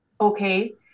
okay